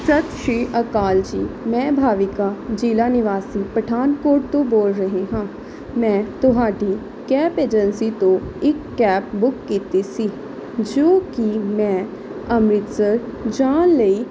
ਸਤਿ ਸ਼੍ਰੀ ਅਕਾਲ ਜੀ ਮੈਂ ਭਾਵਿਕਾ ਜਿਲ੍ਹਾ ਨਿਵਾਸੀ ਪਠਾਨਕੋਟ ਤੋਂ ਬੋਲ ਰਹੀ ਹਾਂ ਮੈਂ ਤੁਹਾਡੀ ਕੈਬ ਏਜੰਸੀ ਤੋਂ ਇੱਕ ਕੈਬ ਬੁੱਕ ਕੀਤੀ ਸੀ ਜੋ ਕਿ ਮੈਂ ਅੰਮ੍ਰਿਤਸਰ ਜਾਣ ਲਈ